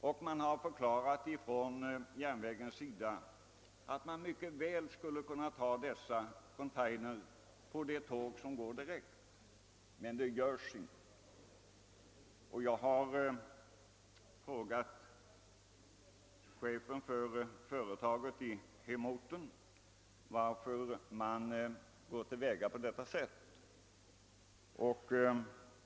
Från järnvägens sida har man förklarat att man mycket väl skulle kunna ta även dessa transporter på tåget. Jag har frågat chefen för företaget i min hemort, varför man går till väga på detta sätt.